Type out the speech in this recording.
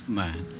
man